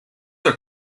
are